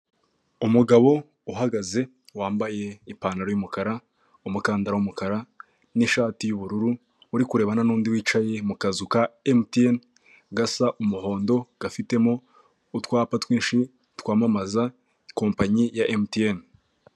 Umugabo uhagaze wambaye ipantaro y'umukara, umukandara w'umukara n'ishati y'ubururu, uri kurebana n'undi wicaye mu kazu ka MTN gasa umuhondo; gafitemo utwapa twinshi twamamaza kompanyi ya MTN.